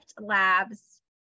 Labs